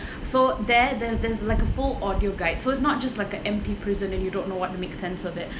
so there there's there's like a full audio guides so it's not just like a empty prison and you don't know what to make sense of it